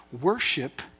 Worship